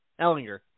Ellinger